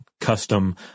custom